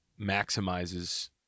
maximizes